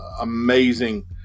amazing